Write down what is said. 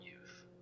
youth